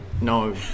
No